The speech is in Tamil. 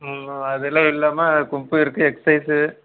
அதெலாம் இல்லாமல் கும்ஃபு இருக்குது எக்சைஸு